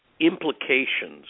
implications